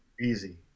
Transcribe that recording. easy